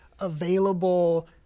available